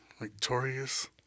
Victorious